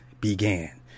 began